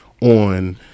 on